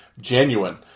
genuine